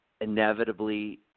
inevitably